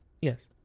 Yes